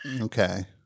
Okay